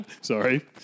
Sorry